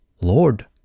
lord